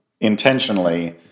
intentionally